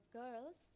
girls